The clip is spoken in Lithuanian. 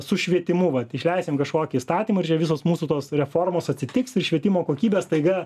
su švietimu vat išleisim kažkokį įstatymą ir čia visos mūsų tos reformos atsitiks ir švietimo kokybė staiga